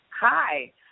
Hi